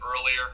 earlier